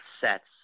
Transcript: sets